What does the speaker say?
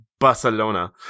Barcelona